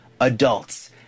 adults